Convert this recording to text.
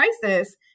crisis